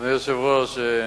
אדוני היושב-ראש,